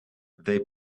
they